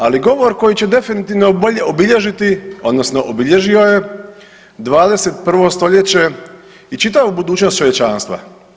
Ali govor koji će definitivno bolje obilježiti, odnosno obilježio je 21. stoljeće i čitavu budućnost čovječanstva.